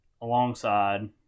alongside